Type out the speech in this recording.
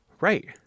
right